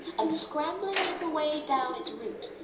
and scrambling a little way down its root,